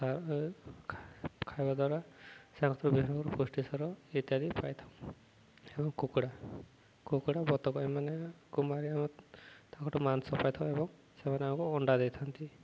ତା ଖାଇବା ଦ୍ୱାରା ବିଭିନ୍ନ ପୁଷ୍ଟିସାର ଇତ୍ୟାଦି ପାଇଥାଉ ଏବଂ କୁକୁଡ଼ା କୁକୁଡ଼ା ବତକ ଏମାନେଙ୍କୁ ମାରି ଆମ ତାଙ୍କଠୁ ମାଂସ ପାଇଥାଉ ଏବଂ ସେମାନେ ଆମକୁ ଅଣ୍ଡା ଦେଇଥାନ୍ତି